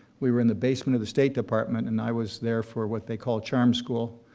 we were in the basement of the state department, and i was there for what they called charm school,